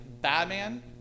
Batman